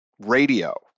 radio